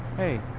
hey,